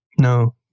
No